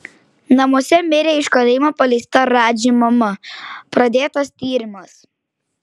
namuose mirė iš kalėjimo paleista radži mama pradėtas tyrimas